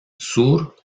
sur